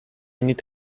need